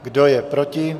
Kdo je proti?